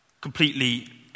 completely